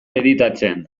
editatzen